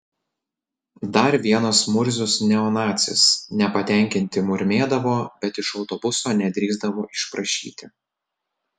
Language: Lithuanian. dar vienas murzius neonacis nepatenkinti murmėdavo bet iš autobuso nedrįsdavo išprašyti